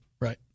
right